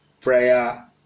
prayer